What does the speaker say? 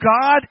God